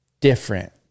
different